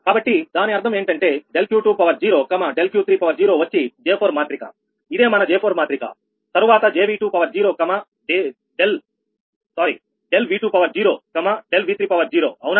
కాబట్టి దాని అర్థం ఏంటంటే ∆Q20 ∆Q30 వచ్చి J4 మాత్రిక ఇదే మన J4 మాత్రిక తరువాత ∆V20 ∆V30అవునా